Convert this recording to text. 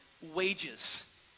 wages